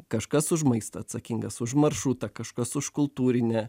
kažkas už maistą atsakingas už maršrutą kažkas už kultūrinę